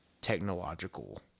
technological